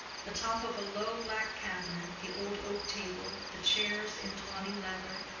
the top of a low, black cabinet, the old oak table, the chairs in tawny leather,